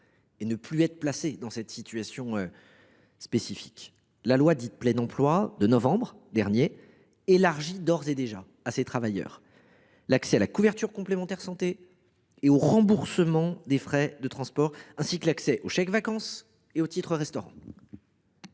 au lieu d’être placés dans une situation spécifique. La loi pour le plein emploi de novembre 2023 a d’ores et déjà élargi à ces travailleurs l’accès à la couverture complémentaire santé et au remboursement des frais de transport, ainsi que l’accès aux chèques vacances et aux titres restaurants.